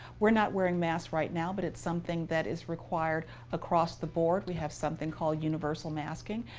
we're not wearing masks right now. but it's something that is required across the board. we have something called universal masking.